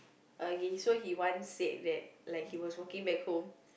okay so he once said that like he was walking back home